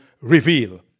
reveal